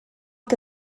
que